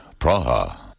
Praha